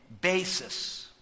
basis